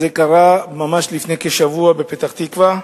זה קרה ממש לפני כשבוע בפתח-תקווה.